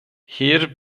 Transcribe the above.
hier